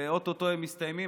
ואו-טו-טו הם מסתיימים,